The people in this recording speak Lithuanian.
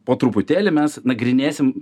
po truputėlį mes nagrinėsim